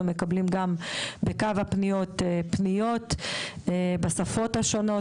אנחנו מקבלים גם בקו הפניות פניות בשפות השונות,